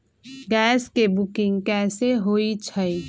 Gas के booking कैसे होईछई?